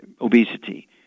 obesity